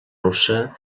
russa